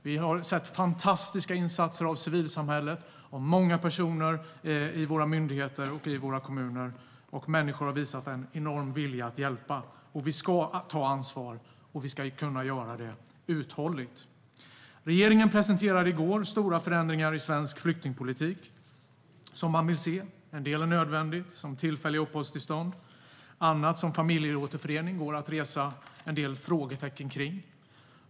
Vi har sett fantastiska insatser av civilsamhället, av många personer i våra myndigheter och våra kommuner, och människor har visat en enorm vilja att hjälpa. Vi ska ta ansvar, och vi ska kunna göra det uthålligt. Regeringen presenterade i går stora förändringar av svensk flyktingpolitik som man vill se. En del är nödvändigt, som tillfälliga uppehållstillstånd. Annat, som familjeåterförening, går det att resa en del frågetecken kring.